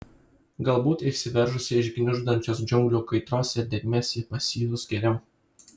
galbūt išsiveržusi iš gniuždančios džiunglių kaitros ir drėgmės ji pasijus geriau